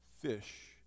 fish